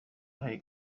yahaye